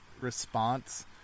response